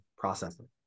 Processing